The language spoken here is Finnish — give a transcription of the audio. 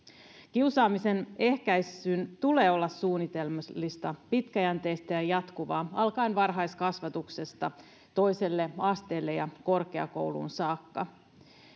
kiusaamisen ehkäisyn tulee olla suunnitelmallista pitkäjänteistä ja jatkuvaa alkaen varhaiskasvatuksesta toiselle asteelle ja korkeakouluun saakka